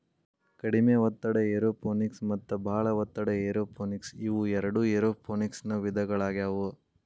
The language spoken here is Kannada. ಕಡಿಮೆ ಒತ್ತಡ ಏರೋಪೋನಿಕ್ಸ ಮತ್ತ ಬಾಳ ಒತ್ತಡ ಏರೋಪೋನಿಕ್ಸ ಇವು ಎರಡು ಏರೋಪೋನಿಕ್ಸನ ವಿಧಗಳಾಗ್ಯವು